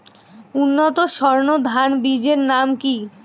উন্নত সর্ন ধান বীজের নাম কি?